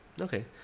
Okay